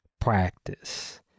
Practice